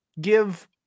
give